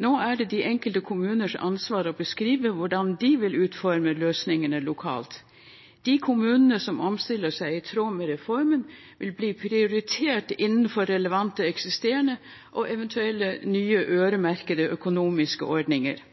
Nå er det de enkelte kommunenes ansvar å beskrive hvordan de vil utforme løsningene lokalt. De kommunene som omstiller seg i tråd med reformen, vil bli prioritert innenfor relevante eksisterende og eventuelle nye øremerkede økonomiske ordninger.